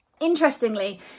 Interestingly